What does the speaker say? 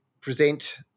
present